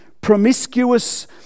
promiscuous